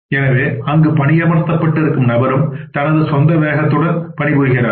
எனவே அங்கு பணியமர்த்தப்பட்டு இருக்கும் நபரும் தனது சொந்த வேகத்துடன் பணிபுரிகிறார்